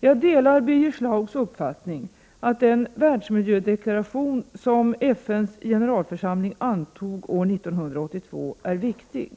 Jag delar Birger Schlaugs uppfattning att den världsmiljödeklaration som FN:s generalförsamling antog år 1982 är viktig.